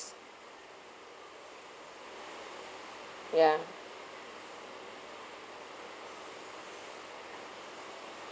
ya